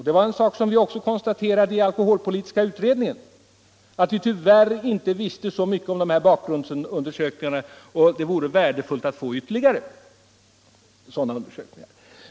Det var en sak som vi också konstaterade i alkoholpolitiska utredningen. Tyvärr vet vi inte så mycket om bakgrundsfaktorerna, och det vore värdefullt att få ytter ligare undersökningar om detta.